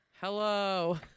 Hello